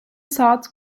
saat